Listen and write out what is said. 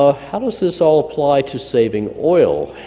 ah how does this all apply to saving oil?